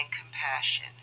compassion